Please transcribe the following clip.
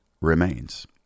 remains